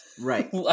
Right